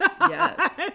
Yes